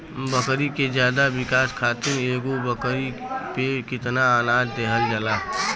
बकरी के ज्यादा विकास खातिर एगो बकरी पे कितना अनाज देहल जाला?